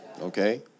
Okay